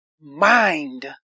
mind